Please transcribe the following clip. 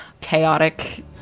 chaotic